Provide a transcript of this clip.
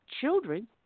children